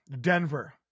Denver